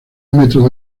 metros